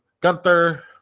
Gunther